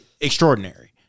extraordinary